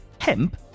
hemp